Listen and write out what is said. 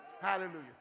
Hallelujah